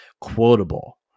quotable